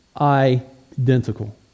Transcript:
identical